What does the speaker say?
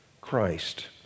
Christ